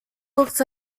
looks